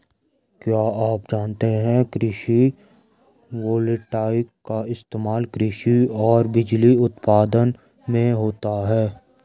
क्या आप जानते है कृषि वोल्टेइक का इस्तेमाल कृषि और बिजली उत्पादन में होता है?